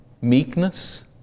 Meekness